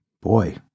Boy